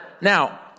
Now